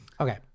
Okay